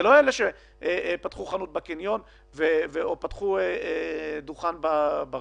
זה לא אלה שפתחו חנות בקניון או פתחו דוכן ברחוב.